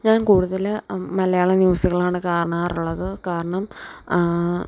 ഞാൻ കൂടുതല് മലയാളം ന്യൂസുകളാണ് കാണാറുള്ളത് കാരണം